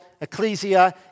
Ecclesia